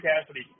Cassidy